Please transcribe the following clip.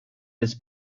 des